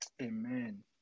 Amen